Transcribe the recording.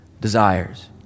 desires